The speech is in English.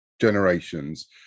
generations